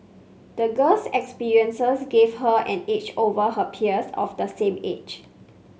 the girl's experiences gave her an edge over her peers of the same age